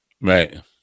right